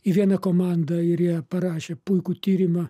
į vieną komandą ir jie parašė puikų tyrimą